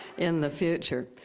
in the future.